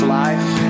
life